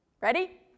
Ready